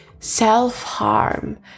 Self-harm